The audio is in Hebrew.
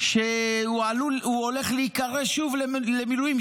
שהוא הולך להיקרא שוב למילואים,